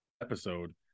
episode